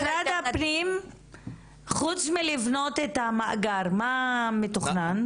משרד הפנים חוץ מלבנות את המאגר, מה מתוכנן?